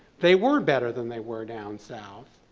they were better than they were down south,